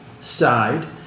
side